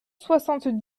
soixante